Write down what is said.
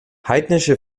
heidnische